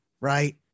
right